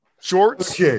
shorts